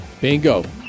Bingo